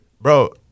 bro